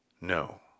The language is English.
No